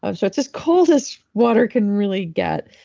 and so, it's as cold as water can really get.